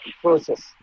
process